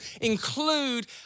include